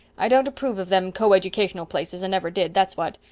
i don't approve of them coeducational places and never did, that's what.